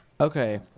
Okay